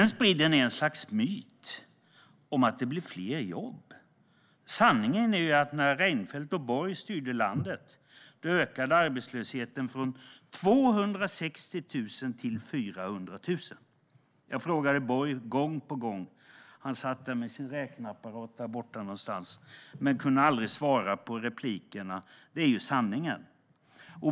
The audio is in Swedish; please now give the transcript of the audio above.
Ni sprider ett slags myt om att det blir fler jobb, men sanningen är att när Reinfeldt och Borg styrde landet steg arbetslösheten från 260 000 till 400 000. Jag frågade Borg gång på gång. Han satt med sin räkneapparat här någonstans i kammaren, men han kunde aldrig svara i replikerna. Det är sanningen.